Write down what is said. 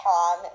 Tom